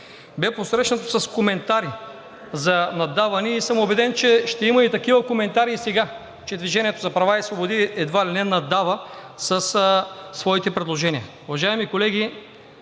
бе посрещнато с коментари за наддаване и съм убеден, че ще има такива коментари и сега, че „Движение за права и свободи“ едва ли не наддава със своите предложения. Уважаеми колеги,